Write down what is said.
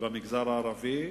במגזר הערבי.